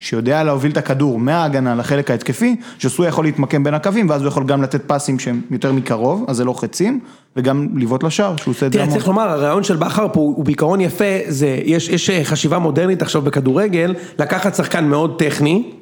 שיודע להוביל את הכדור מההגנה לחלק ההתקפי, שסוי יכול להתמקם בין הקווים, ואז הוא יכול גם לתת פסים שהם יותר מקרוב, אז זה לא חצים, וגם לבעוט לשער, שהוא עושה את זה המון. תראה, צריך לומר, הרעיון של בכר פה הוא בעיקרון יפה, יש חשיבה מודרנית עכשיו בכדורגל, לקחת שחקן מאוד טכני.